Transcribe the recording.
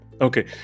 okay